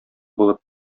булып